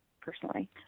personally